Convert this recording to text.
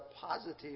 positive